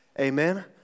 Amen